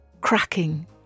cracking